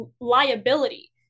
liability